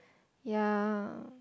ya